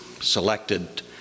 selected